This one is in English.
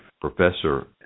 professor